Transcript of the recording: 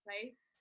place